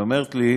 היא אומרת לי: